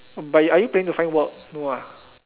but you are you planning to find work no ah